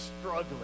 struggling